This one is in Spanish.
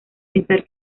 pensar